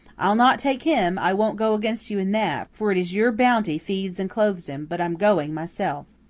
i'll not take him i won't go against you in that, for it is your bounty feeds and clothes him but i'm going myself.